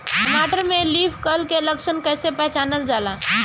टमाटर में leaf curl के लक्षण कइसे पहचानल जाला?